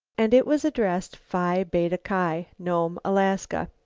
and it was addressed phi beta ki, nome, alaska.